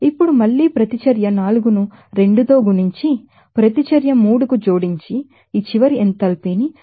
ఇప్పుడు మళ్లీ చర్యను 4 ను 2 తో గుణించి ప్రతిచర్య 3కు జోడించి ఈ చివరి ఎంథాల్పీని 157